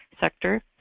sector